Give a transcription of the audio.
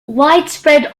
widespread